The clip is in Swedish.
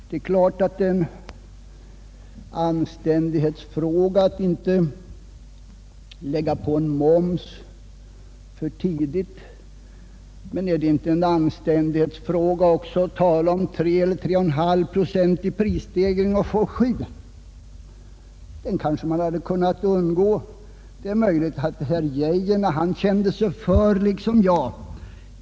Det är klart att det är en anständighetsfråga att inte lägga på en moms för tidigt. Men är det inte en anständighetsfråga också att tala om 3 eller 3,5 procent i prisstegring och få 7? Den prisutveckling som inträffade hade kanske kunnat undvikas.